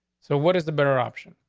so what is the better option?